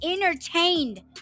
entertained